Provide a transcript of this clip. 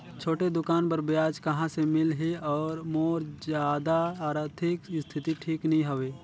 छोटे दुकान बर ब्याज कहा से मिल ही और मोर जादा आरथिक स्थिति ठीक नी हवे?